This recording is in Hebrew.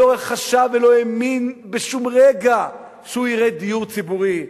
והוא לא חשב ולא האמין בשום רגע שהוא יראה דיור ציבורי.